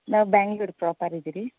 ನಾವು ಬ್ಯಾಂಗ್ಳೂರ್ ಪ್ರಾಪರಿದ್ದೀವಿ